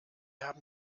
haben